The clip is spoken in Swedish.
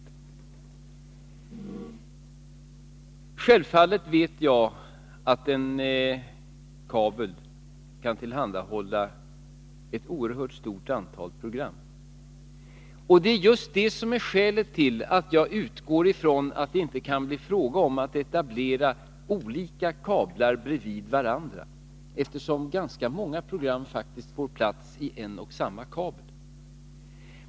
Jag vet självfallet att en kabel kan tillhandahålla ett oerhört stort antal program. Det är just det som är skälet till att jag utgår från att det inte kan bli fråga om att etablera olika kablar bredvid varandra — ganska många program får faktiskt plats i en och samma kabel.